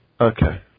Okay